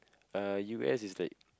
uh U_S is like